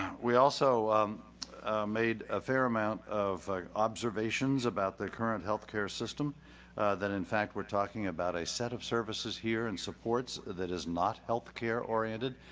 we also made a fair amount of observations about the current health care system that in fact we talking about a set of services here in supports that is not health care oriented.